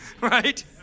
right